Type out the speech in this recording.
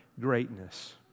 greatness